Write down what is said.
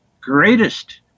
greatest